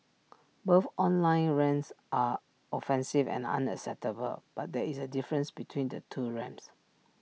both online rants are offensive and unacceptable but there is A difference between the two rants